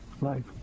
life